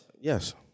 yes